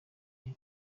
iyo